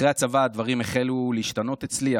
אחרי הצבא הדברים החלו להשתנות אצלי.